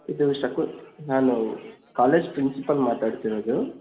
ಇದು ಶಕು ನಾನು ಕಾಲೇಜ್ ಪ್ರಿನ್ಸಿಪಲ್ ಮಾತಾಡ್ತಿರೋದು